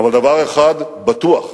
אבל דבר אחד בטוח,